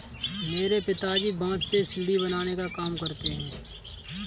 मेरे पिताजी बांस से सीढ़ी बनाने का काम करते हैं